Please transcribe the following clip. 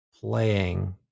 playing